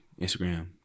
Instagram